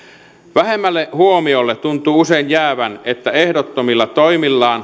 vähemmälle huomiolle tuntuu usein jäävän että ehdottomilla toimillaan